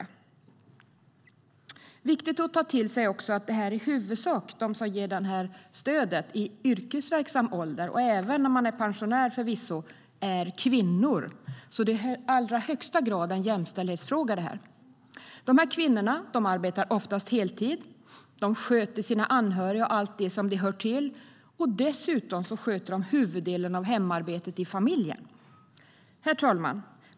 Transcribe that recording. Det är viktigt att ta till sig att de som i huvudsak ger det här stödet i yrkesverksam ålder, förvisso även när man är pensionär, är kvinnor. Det är alltså i allra högsta grad en jämställdhetsfråga. Dessa kvinnor arbetar oftast heltid, sköter sina anhöriga och allt därtill. Dessutom sköter de huvuddelen av hemarbetet. Herr talman!